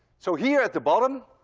so here at the bottom,